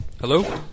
Hello